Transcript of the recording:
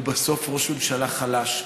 הוא בסוף ראש ממשלה חלש,